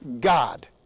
God